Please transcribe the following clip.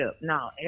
No